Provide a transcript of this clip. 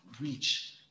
reach